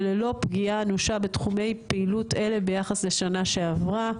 וללא פגיעה אנושה בתחומי פעילות אלה ביחס לשנה שעברה.